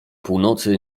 północy